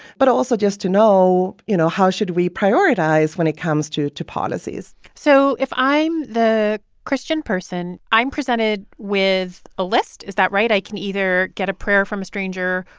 but also just to know, you know, how should we prioritize when it comes to to policies? so if i'm the christian person, i'm presented with a list. is that right? i can either get a prayer from a stranger,